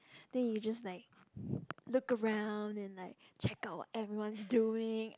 then you just like look around and like check out what everyone's doing